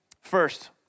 First